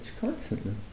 constantly